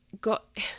got